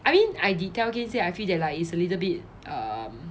I mean I did tell kain say I feel that like it's a little bit